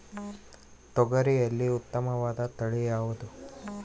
ತೊಗರಿಯಲ್ಲಿ ಉತ್ತಮವಾದ ತಳಿ ಯಾವುದು?